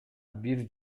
бир